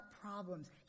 problems